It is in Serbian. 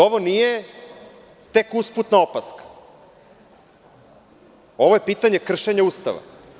Ovo nije tek usputna opaska, ovo je pitanje kršenja Ustava.